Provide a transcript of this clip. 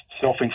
self